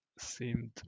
seemed